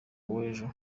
wejo